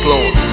Lord